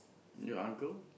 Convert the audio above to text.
your uncle